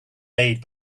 made